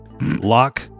Lock